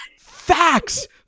Facts